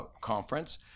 conference